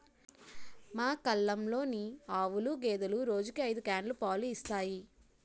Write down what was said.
మా కల్లంలోని ఆవులు, గేదెలు రోజుకి ఐదు క్యానులు పాలు ఇస్తాయి